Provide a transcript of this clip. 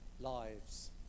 lives